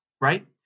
right